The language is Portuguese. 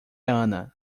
ana